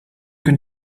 can